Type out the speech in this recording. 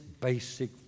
basic